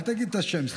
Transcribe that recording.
אל תגיד את השם סתם.